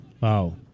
Wow